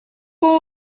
bon